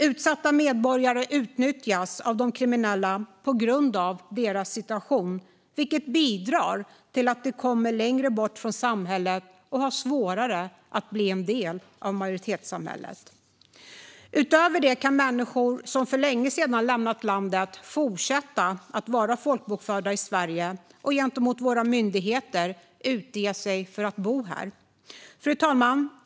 Utsatta medborgare utnyttjas på grund av sin situation av de kriminella, vilket bidrar till att de kommer längre bort från samhället och har svårare att bli en del av majoritetssamhället. Utöver detta kan människor som för länge sedan lämnat landet fortsätta att vara folkbokförda i Sverige och gentemot våra myndigheter utge sig för att bo här. Fru talman!